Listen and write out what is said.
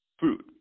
food